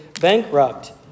bankrupt